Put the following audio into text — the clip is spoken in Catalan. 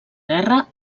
guerra